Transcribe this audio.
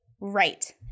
Right